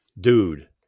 Dude